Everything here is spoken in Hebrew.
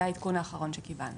זה העדכון שקיבלתי.